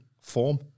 form